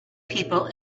people